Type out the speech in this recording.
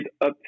up